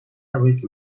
average